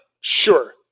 sure